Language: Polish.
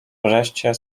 wreszcie